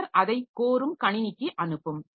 பின்னர் அதை கோரும் கணினிக்கு அனுப்பும்